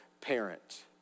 parent